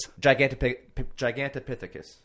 Gigantopithecus